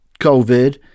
COVID